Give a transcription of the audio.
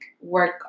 work